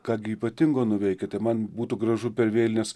ką gi ypatingo nuveikiate man būtų gražu per vėlines